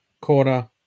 Corner